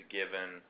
given